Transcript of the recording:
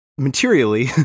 Materially